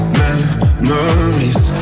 memories